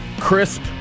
crisp